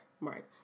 Right